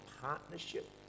partnership